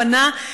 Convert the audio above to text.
הבנה,